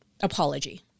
apology